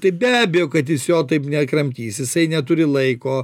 tai be abejo kad jis jo taip nekramtys jisai neturi laiko